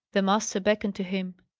the master beckoned to him.